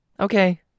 Okay